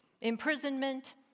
Imprisonment